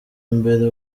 mbere